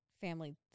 family